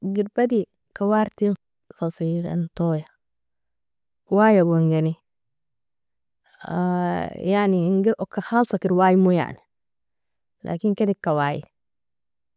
Girbadi, kawartin faseilan toya, waigon geni yani inger okka khalsaker waimo yani, lakin kedeka wai.